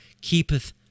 keepeth